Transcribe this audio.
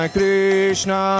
Krishna